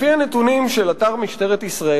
לפי הנתונים של אתר משטרת ישראל,